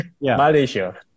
Malaysia